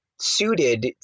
suited